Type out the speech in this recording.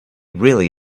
really